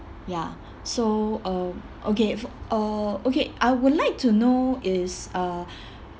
ya so um okay fo~ uh okay I would like to know is uh